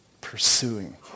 pursuing